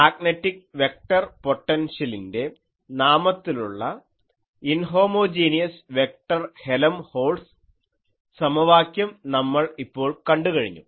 magnetic vector പൊട്ടൻഷ്യലിൻ്റെ നാമത്തിലുള്ള inhomogeneous vector Helmholtz സമവാക്യം നമ്മൾ ഇപ്പോൾ കണ്ടുകഴിഞ്ഞു